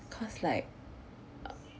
cause like err